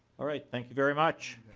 alright. thank you very much.